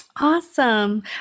Awesome